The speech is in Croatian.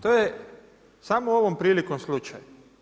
To je samo s ovom prilikom slučaj.